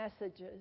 messages